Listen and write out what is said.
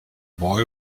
boy